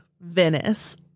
Venice